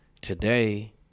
today